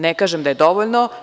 Ne kažem da je dovoljno.